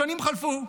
השנים חלפו,